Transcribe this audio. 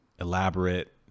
elaborate